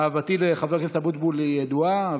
אהבתי לחבר הכנסת אבוטבול ידועה,